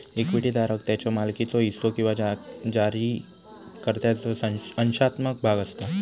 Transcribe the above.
equity धारक त्याच्यो मालकीचो हिस्सो किंवा जारीकर्त्याचो अंशात्मक भाग असता